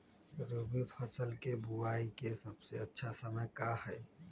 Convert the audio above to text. रबी फसल के बुआई के सबसे अच्छा समय का हई?